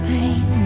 Pain